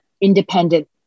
independent